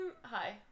hi